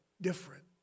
different